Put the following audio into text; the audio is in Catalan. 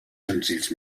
senzills